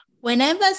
whenever